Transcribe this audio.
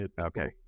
Okay